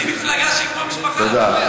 יש לי מפלגה שהיא כמו משפחה, אתה יודע.